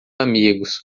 amigos